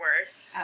worse